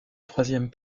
troisième